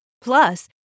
Plus